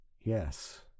Yes